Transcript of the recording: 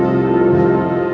or